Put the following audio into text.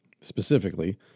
Specifically